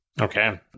Okay